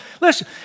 Listen